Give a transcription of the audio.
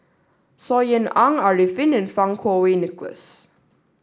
Saw Ean Ang Arifin and Fang Kuo Wei Nicholas